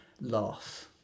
loss